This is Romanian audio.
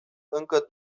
încă